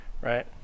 Right